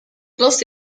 dos